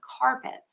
carpets